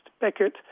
Beckett